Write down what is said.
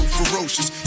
ferocious